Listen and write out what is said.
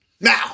Now